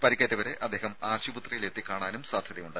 പരിക്കേറ്റവരെ അദ്ദേഹം ആശുപത്രിയിലെത്തി കാണാനും സാധ്യതയുണ്ട്